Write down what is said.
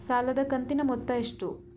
ಸಾಲದ ಕಂತಿನ ಮೊತ್ತ ಎಷ್ಟು?